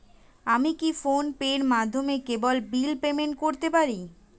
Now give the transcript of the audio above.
আমি কি ফোন পের মাধ্যমে কেবল বিল পেমেন্ট করতে পারি?